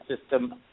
system